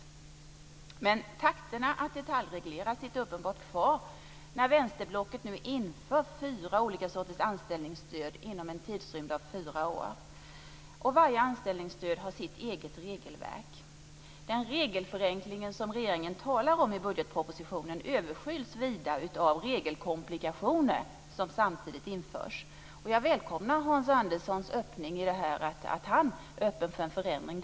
Takterna när det gäller att detaljreglera finns uppenbart kvar nu när vänsterblocket inför fyra olika sorters anställningsstöd inom en tidsrymd av fyra år. Varje anställningsstöd har sitt eget regelverk. Den regelförenkling som regeringen talar om i budgetpropositionen överskyls vida av regelkomplikationer som samtidigt införs. Jag välkomnar att Hans Andersson är öppen för en förändring.